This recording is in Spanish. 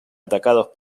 atacados